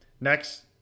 next